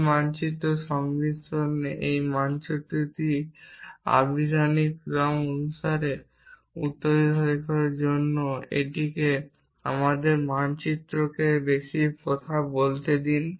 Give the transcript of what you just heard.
এই মানচিত্রটি সংমিশ্রণে এই মানচিত্রটি আভিধানিক ক্রম অনুসারে উত্তরাধিকারীর জন্য এবং এটি আমাদের মানচিত্রকে এর চেয়ে বেশি বলতে দিন